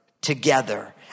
together